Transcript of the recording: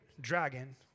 dragon